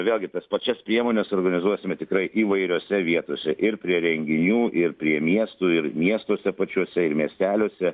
vėlgi tas pačias priemones organizuosime tikrai įvairiose vietose ir prie renginių ir prie miestų ir miestuose pačiuose ir miesteliuose